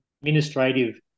administrative